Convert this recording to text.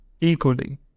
equally